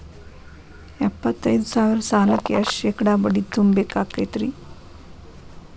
ಎಪ್ಪತ್ತೈದು ಸಾವಿರ ಸಾಲಕ್ಕ ಎಷ್ಟ ಶೇಕಡಾ ಬಡ್ಡಿ ತುಂಬ ಬೇಕಾಕ್ತೈತ್ರಿ?